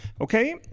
okay